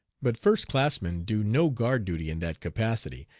but first-classmen do no guard duty in that capacity,